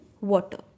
water